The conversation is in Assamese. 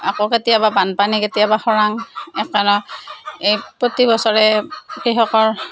আকৌ কেতিয়াবা বানপানী কেতিয়াবা খৰাং এই প্ৰতিবছৰে কৃষকৰ